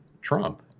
Trump